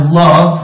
love